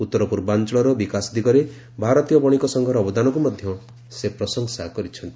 ଉତ୍ତର ପୂର୍ବାଞ୍ଚଳର ବିକାଶ ଦିଗରେ ଭାରତୀୟ ବଣିକ ସଂଘର ଅବଦାନକ୍ ମଧ୍ୟ ସେ ପ୍ରଶଂସା କରିଛନ୍ତି